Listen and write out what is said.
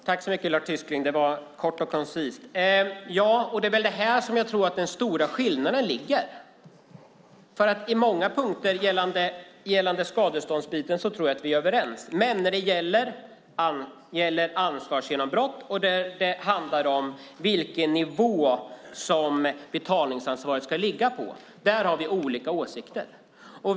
Herr talman! Jag tackar Lars Tysklind så mycket. Det var kort och koncist. På många punkter gällande skadeståndsfrågan tror jag att vi är överens, men när det gäller ansvarsgenombrott och vilken nivå som betalningsansvaret ska ligga på har vi olika åsikter.